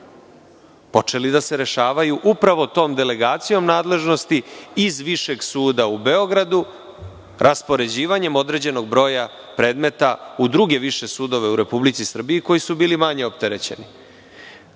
počeli da se rešavaju upravo tom delegacijom nadležnosti iz Višeg suda Beogradu, raspoređivanjem određenog broja predmeta u druge više sudove u Republici Srbiji koji su bili manje opterećeni. Iz